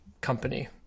company